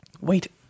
wait